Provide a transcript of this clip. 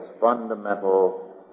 fundamental